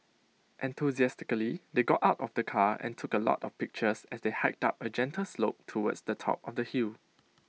enthusiastically they got out of the car and took A lot of pictures as they hiked up A gentle slope towards the top of the hill